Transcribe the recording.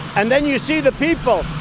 and then you see the people.